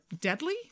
deadly